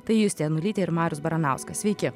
tai justė janulytė ir marius baranauskas sveiki